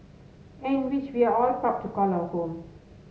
and which we are all proud to call our home